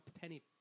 penny –